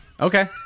Okay